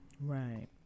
Right